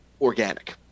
organic